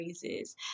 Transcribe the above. phrases